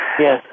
Yes